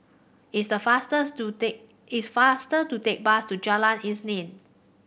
it's the fasters to take it's faster to tack bus to Jalan Isnin